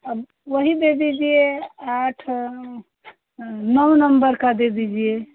अब वही दे दीजिए आठ नौ नंबर का दे दीजिए